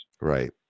Right